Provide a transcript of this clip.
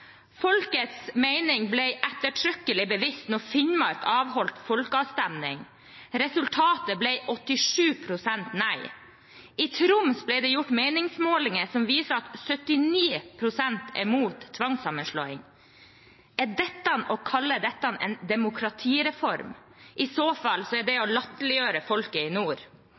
Folkets mening ble ettertrykkelig bevist da Finnmark avholdt folkeavstemning. Resultatet ble 87 pst. nei. I Troms ble det gjort meningsmålinger som viser at 79 pst. er mot tvangssammenslåing. Kan en kalle dette for en demokratireform? I så fall er det å latterliggjøre folket i nord.